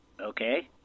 Okay